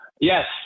Yes